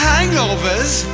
Hangovers